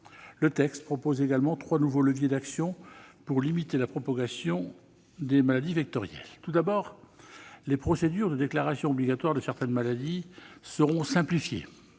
Le texte propose également trois nouveaux leviers d'action pour limiter la propagation des maladies vectorielles. Tout d'abord, les procédures de déclaration obligatoire de certaines maladies seront simplifiées,